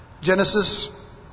Genesis